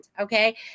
Okay